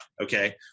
Okay